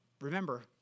remember